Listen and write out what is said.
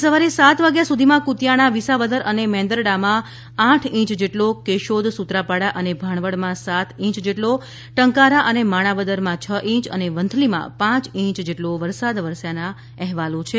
આજે સવારે સાત વાગ્યા સુધીમાં ક્રતિયાણા વિસાવદર અને મેંદરડામાં આઠ ઈંચ જેટલો કેશોદ સુત્રાપાડા અને ભાણવડમાં સાત ઈંચ જેટલો ટંકારા અને માણાવદર છ ઈંચ અને વંથલીમાં પાંચ ઈંચ જેટલો વરસાદ વરસ્યો હોવાના અહેવાલો છે